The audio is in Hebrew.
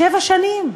שבע שנים,